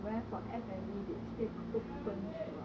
whereas for F&B they stay open throughout